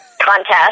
contest